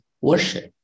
worship